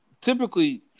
typically